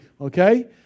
okay